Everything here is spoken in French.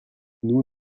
nous